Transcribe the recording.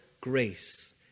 grace